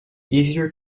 easier